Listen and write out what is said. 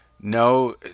no